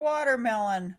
watermelon